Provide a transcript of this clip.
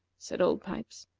said old pipes.